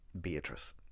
Beatrice